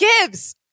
gives